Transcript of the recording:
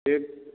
बे